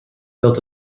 built